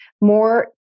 more